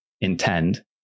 intend